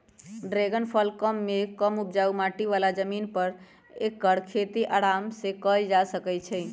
dragon फल कम मेघ कम उपजाऊ माटी बला जमीन पर ऐकर खेती अराम सेकएल जा सकै छइ